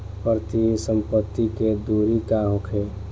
प्रति पंक्ति के दूरी का होखे?